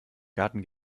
garten